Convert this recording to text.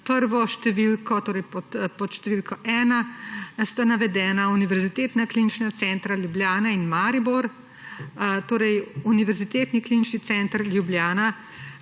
prvo številko, torej pod številko ena, navedena univerzitetna klinična centra Ljubljana in Maribor. Univerzitetni klinični center Ljubljana,